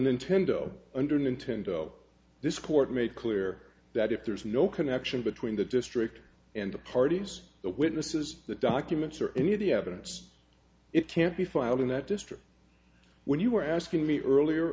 nintendo under nintendo this court made clear that if there is no connection between the district and the parties the witnesses the documents or any of the evidence it can't be filed in that district when you were asking me earlier